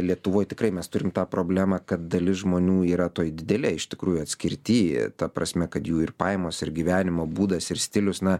lietuvoj tikrai mes turime tą problemą kad dalis žmonių yra toj didelėj iš tikrųjų atskirty ta prasme kad jų ir pajamos ir gyvenimo būdas ir stilius na